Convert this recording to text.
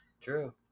True